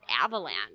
avalanche